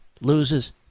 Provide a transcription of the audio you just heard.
loses